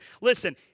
Listen